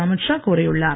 அமித் ஷா கூறியுள்ளார்